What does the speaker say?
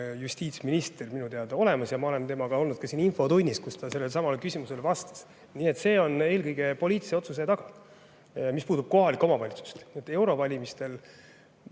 justiitsministril minu teada olemas. Ma olen olnud temaga koos ka siin ühes infotunnis, kus ta sellelesamale küsimusele vastas. Nii et see on eelkõige poliitilise otsuse taga, mis puudutab kohalikke omavalitsusi. Eurovalimiste